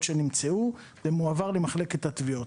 שנמצאו וזה מועבר למחלקת התביעות.